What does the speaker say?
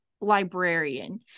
librarian